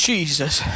Jesus